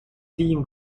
clean